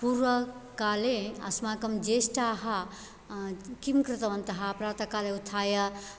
पूर्वकाले अस्माकं ज्येष्टाः किं कृतवन्तः प्रातःकाले उत्थाय